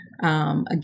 Again